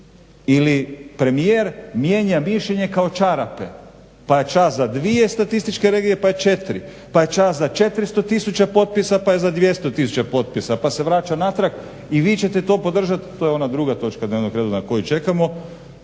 ili premijer mijenja mišljenje kao čarape pa je čas za dvije statističke regije pa je 4 pa je čas za 400 tisuća potpisa pa ja za 200 tisuća potpisa, pa se vraća natrag. I vi ćete to podržati, to je ona druga točka dnevnog reda na koju čekamo.